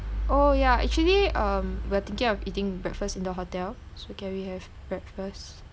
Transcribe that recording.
oh yeah actually um we're thinking of eating breakfast in the hotel so can we have breakfast